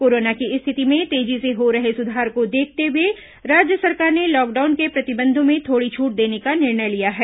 corona की स्थिति में तेजी से हो रहे सुधार को देखते हुए राज्य सरकार ने लॉकडाउन के प्रतिबंधों में थोड़ी छूट देने का निर्णय लिया है